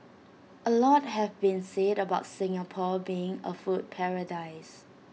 A lot has been said about Singapore being A food paradise